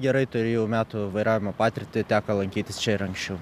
gerai turėjau metų vairavimo patirtį teko lankytis čia ir anksčiau